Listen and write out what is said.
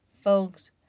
Folks